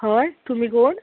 हय तुमी कोण